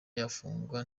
yafungwa